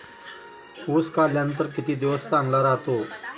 ऊस काढल्यानंतर किती दिवस चांगला राहतो?